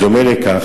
בדומה לכך,